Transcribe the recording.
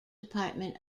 department